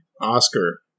Oscar